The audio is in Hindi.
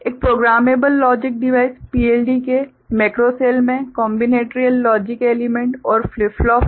एक प्रोग्रामेबल लॉजिक डिवाइस PLD के मैक्रो सेल में कॉम्बिनेटरियल लॉजिक एलिमेंट्स और फ्लिप फ्लॉप होते हैं